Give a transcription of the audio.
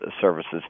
services